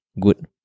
good